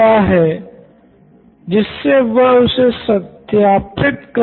Siddharth Maturi CEO Knoin electronics तो देर मे समझना धीमा लिखना पर कोई छात्र ऐसा क्यो करेगा